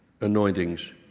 anointings